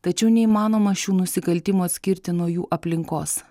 tačiau neįmanoma šių nusikaltimų atskirti nuo jų aplinkos